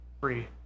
free